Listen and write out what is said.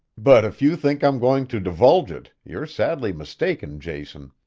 but if you think i'm going to divulge it, you're sadly mistaken, jason.